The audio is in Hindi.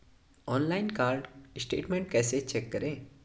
ऑनलाइन कार्ड स्टेटमेंट कैसे चेक करें?